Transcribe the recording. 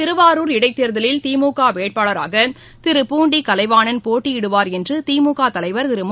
திருவாரூர் இடைத்தேர்தலில் திமுக வேட்பாளராக திரு பூண்டி கலைவாணன் போட்டியிடுவார் என்று திமுக தலைவர் திரு மு